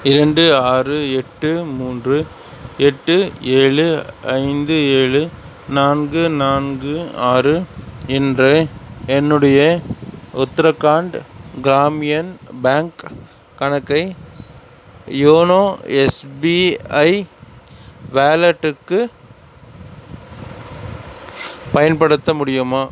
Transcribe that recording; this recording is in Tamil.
இரண்டு ஆறு எட்டு மூன்று எட்டு ஏழு ஐந்து ஏழு நான்கு நான்கு ஆறு என்ற என்னுடைய உத்தரகாண்ட் கிராமியன் பேங்க் கணக்கை யோனோ எஸ்பிஐ வேலட்டுக்கு பயன்படுத்த முடியுமா